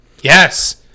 Yes